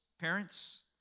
parents